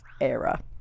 era